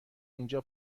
اینجا